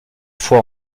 foi